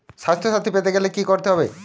স্বাস্থসাথী পেতে গেলে কি করতে হবে?